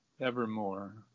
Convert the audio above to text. evermore